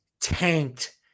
tanked